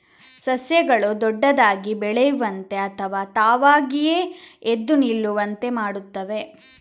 ಸಸ್ಯಗಳು ದೊಡ್ಡದಾಗಿ ಬೆಳೆಯುವಂತೆ ಅಥವಾ ತಾವಾಗಿಯೇ ಎದ್ದು ನಿಲ್ಲುವಂತೆ ಮಾಡುತ್ತವೆ